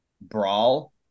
Brawl